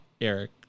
Eric